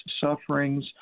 sufferings